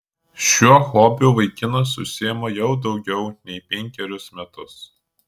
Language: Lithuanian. šiuo hobiu vaikinas užsiima jau daugiau nei penkerius metus